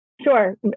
sure